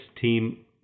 team